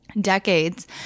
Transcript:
decades